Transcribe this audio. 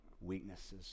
weaknesses